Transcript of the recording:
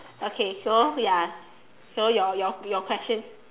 okay so ya so your your your question